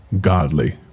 godly